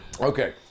Okay